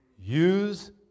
use